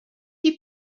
you